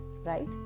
Right